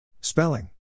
Spelling